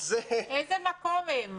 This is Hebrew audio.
איזה מקום הם?